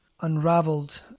unraveled